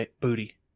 booty